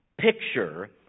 picture